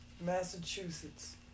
Massachusetts